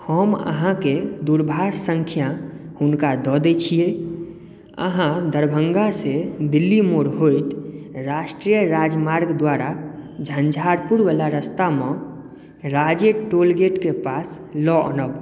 हम अहाॅंके दूरभाष संख्या हुनका दऽ दै छियै अहाँ दरभंगा सॅं दिल्ली मोड़ होइत राष्ट्रीय राजमार्ग द्वारा झंझारपुरबला रस्तामे राजे प्रोजेक्ट के पास लऽ आनब